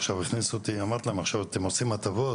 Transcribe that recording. עכשיו הכניסו אותי אמרתי להם: עכשיו אתם עושים הטבות,